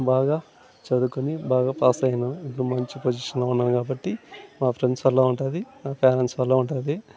బాగా చదువుకుని బాగా పాస్ అయినా ఇప్పుడు మంచి పొజిషన్లో ఉన్నాను కాబట్టి మా ఫ్రెండ్స్ వల్ల ఉంటుంది మా పేరెంట్స్ వల్ల ఉంటుంది